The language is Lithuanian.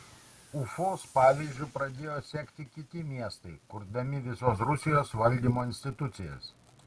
ufos pavyzdžiu pradėjo sekti kiti miestai kurdami visos rusijos valdymo institucijas